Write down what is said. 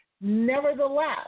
Nevertheless